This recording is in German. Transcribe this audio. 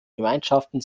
gemeinschaften